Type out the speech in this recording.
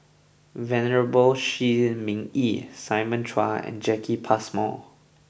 Venerable Shi Ming Yi Simon Chua and Jacki Passmore